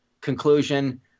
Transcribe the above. conclusion